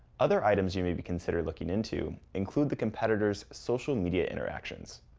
other items you may be considering looking into, include the competitors' social media interactions.